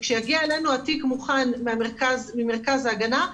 שכשיגיע אלינו התיק מוכן ממכרז ההגנה,